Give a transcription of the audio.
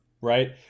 right